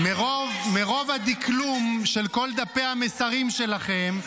מרוב הדקלום של כל דפי המסרים שלכם,